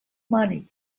money